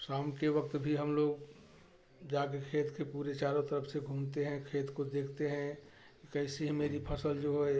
शाम के वक़्त भी हम लोग जा कर खेत के पूरे चारों तरफ से घूमते हैं खेत को देखते हैं कैसी है मेरी फसल जो है